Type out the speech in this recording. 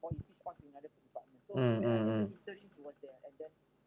mm mm mm